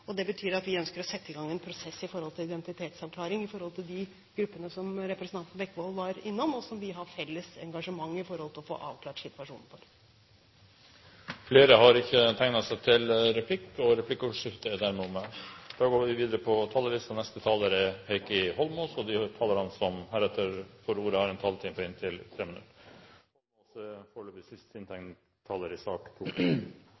Det betyr at vi ønsker å sette i gang en prosess med hensyn til identitetsavklaring av de gruppene som representanten Bekkevold var innom, og som vi har felles engasjement for å få avklart situasjonen for. Replikkordskiftet er omme. De talere som heretter får ordet, har en taletid på inntil 3 minutter. Jeg vil bare gjøre oppmerksom på en endring i innstillingen som vi legger opp til bør gjøres fram mot den andre behandlingen av loven i Stortinget. Det er rett og